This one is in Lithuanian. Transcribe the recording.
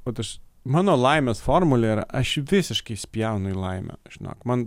ot aš mano laimės formulė yra aš visiškai spjaunu į laimę žinok man